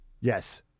Yes